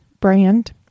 brand